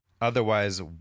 otherwise